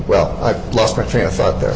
well i've lost my train of thought there